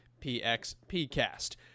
PXPCast